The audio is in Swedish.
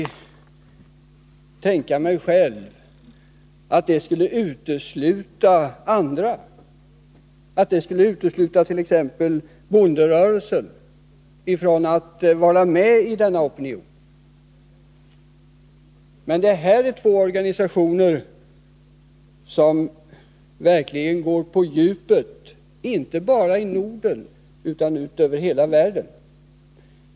Men jag har därmed inte sagt att andra rörelser, t.ex. bonderörelsen, skulle uteslutas från att vara med i denna opinion. De två organisationer jag talar om är emellertid sådana som verkligen går på djupet bland människorna.